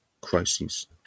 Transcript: crises